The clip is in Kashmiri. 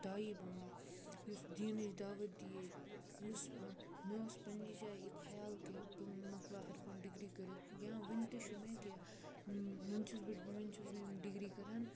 دایی بَنُن یُس دیٖنٕچ دعوت دی ہے یُس مےٚ اوس پنٛنہِ جاے یہِ خیال کہِ بہٕ مۄکلاو ہَر کانٛہہ ڈگری کٔرِتھ یا وٕنہِ تہِ چھُس مےٚ کہِ وٕنہِ چھُس بہٕ وٕنہِ چھُس بہٕ یِم ڈگری کَران